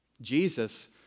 Jesus